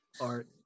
Art